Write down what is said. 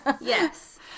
Yes